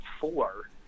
four